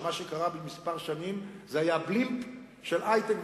שמה שקרה בשנים האלה היה "בלימפ" של היי-טק,